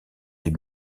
des